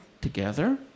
together